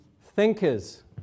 thinkers